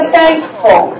thankful